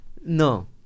No